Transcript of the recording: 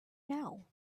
know